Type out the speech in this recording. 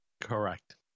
Correct